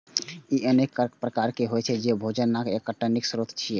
ई अनेक आकार प्रकार के होइ छै आ भोजनक एकटा नीक स्रोत छियै